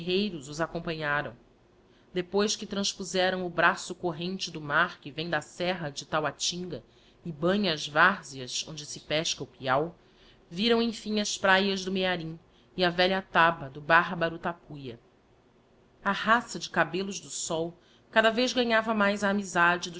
e seus guerreiros os acompanharam depois que transpuzeram o braço corrente do mar que vem da serra de tauatinga e banha as várzeas onde se pesca o piau viram emfim as praias do mearim e a velha taba do bárbaro tapuia a raça de cabellos do sol cada vez ganhava mais a amisade